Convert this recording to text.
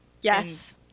yes